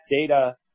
data